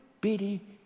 bitty